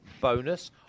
bonus